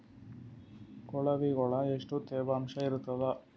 ಕೊಳವಿಗೊಳ ಎಷ್ಟು ತೇವಾಂಶ ಇರ್ತಾದ?